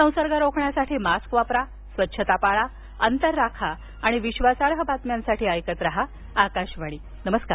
संसर्ग रोखण्यासाठी मास्क वापरा स्वच्छता पाळा अंतर राखा आणि विश्वासार्ह बातम्यांसाठी ऐकत रहा आकाशवाणी नमस्कार